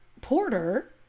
porter